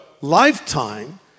lifetime